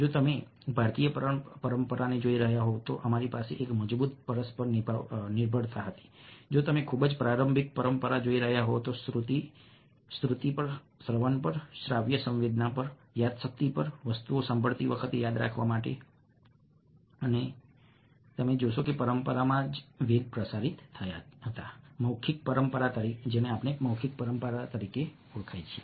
જો તમે ભારતીય પરંપરાને જોઈ રહ્યા હોવ તો અમારી પાસે એક મજબૂત પરસ્પર નિર્ભરતા હતી જો તમે ખૂબ જ પ્રારંભિક પરંપરા જોઈ રહ્યા હોવ તો શ્રુતિ પર શ્રવણ પર શ્રાવ્ય સંવેદના પર યાદશક્તિ પર વસ્તુઓ સાંભળતી વખતે યાદ રાખવા પર અને યાદ રાખવા પર વસ્તુઓ અને તમે જોશો કે તે પરંપરામાં જ વેદ પ્રસારિત થયા હતા મૌખિક પરંપરા તરીકે ઓળખાય છે